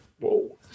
whoa